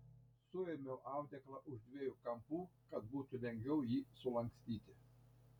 suėmiau audeklą už dviejų kampų kad būtų lengviau jį sulankstyti